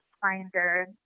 finder